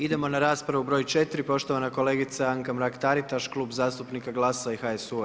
Idemo na raspravu broj 4. poštovana kolegica Anka Mrak Taritaš, Klub zastupnika GLAS-a i HSU-a.